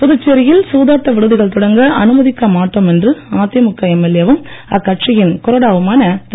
புதுச்சேரியில் சூதாட்ட விடுதிகள் தொடங்க அனுமதிக்க மாட்டோம் என்று அதிமுக எம்எல்ஏ வும் அக்கட்சியின் கொறடாவுமான திரு